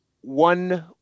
one